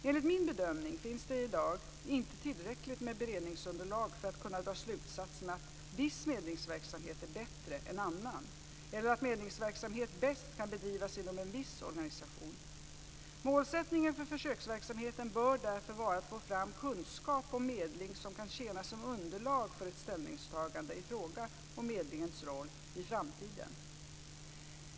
Enligt min bedömning finns det i dag inte tillräckligt med beredningsunderlag för att kunna dra slutsatsen att viss medlingsverksamhet är bättre än annan eller att medlingsverksamhet bäst kan bedrivas inom en viss organisation. Målsättningen för försöksverksamheten bör därför vara att få fram kunskap om medling som kan tjäna som underlag för ett ställningstagande i fråga om medlingens roll i framtiden.